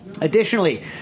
Additionally